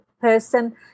person